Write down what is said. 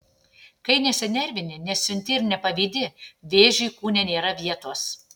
kai nesinervini nesiunti ir nepavydi vėžiui kūne nėra vietos